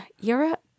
Europe